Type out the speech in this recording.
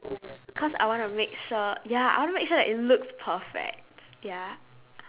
cause I wanna make sure ya I wanna make sure that it looks perfect ya